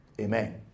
Amen